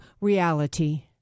reality